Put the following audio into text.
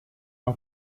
нам